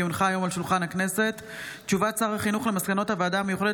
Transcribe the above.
כי הונחה היום על שולחן הכנסת הודעת שר החינוך על מסקנות הוועדה המיוחדת